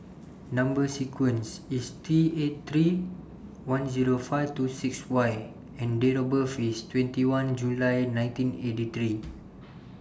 Number sequence IS T eight three one Zero five two six Y and Date of birth IS twenty one July nineteen eighty three